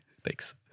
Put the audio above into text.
Thanks